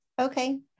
Okay